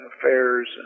affairs